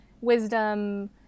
wisdom